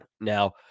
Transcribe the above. Now